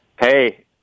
Hey